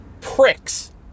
Pricks